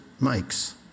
makes